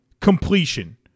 completion